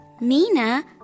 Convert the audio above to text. Mina